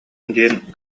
диэн